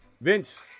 Vince